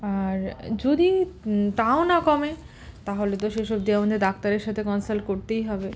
আর যদি তাও না কমে তাহলে তো শেষ অবদি আমাকে ডাক্তারের সাথে কলসাল্ট করতেই হবে